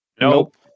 Nope